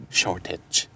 shortage